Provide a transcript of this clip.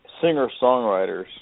singer-songwriters